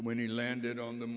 when he landed on the